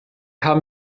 haben